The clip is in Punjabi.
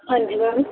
ਹਾਂਜੀ ਮੈਮ